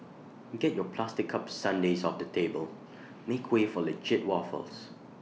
get your plastic cup sundaes off the table make way for legit waffles